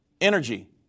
energy